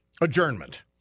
adjournment